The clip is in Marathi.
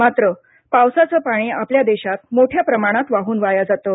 मात्र पावसाचं पाणी आपल्या देशात मोठ्या प्रमाणात वाहून वाया जाते